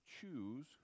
choose